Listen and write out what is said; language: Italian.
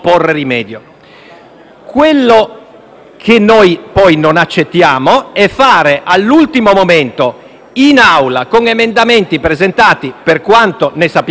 Quello che noi non accettiamo è fare all'ultimo momento in Assemblea, con emendamenti presentati - per quanto ne sappiamo noi - a sorpresa,